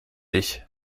dich